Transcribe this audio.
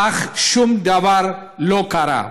אך שום דבר לא קרה.